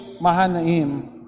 Mahanaim